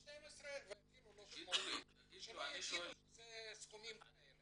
ולא 12 ואפילו לא 80, שלא יגידו שזה סכומים כאלה.